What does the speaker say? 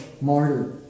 martyr